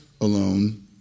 alone